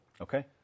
Okay